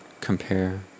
compare